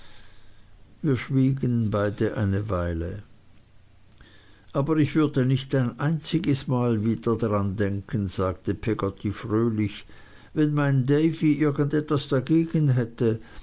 wir schwiegen beide eine weile aber ich würde nicht ein einziges mal wieder dran denken sagte peggotty fröhlich wenn mein davy irgend etwas dagegen hätte